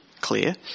clear